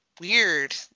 weird